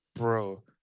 Bro